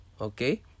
Okay